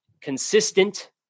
consistent